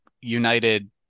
United